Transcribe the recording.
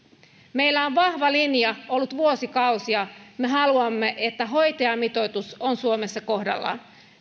ollut vahva linja vuosikausia me haluamme että hoitajamitoitus on suomessa kohdallaan